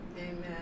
Amen